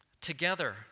together